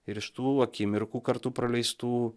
ir iš tų akimirkų kartu praleistų